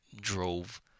drove